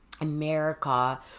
america